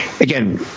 Again